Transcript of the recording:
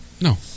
No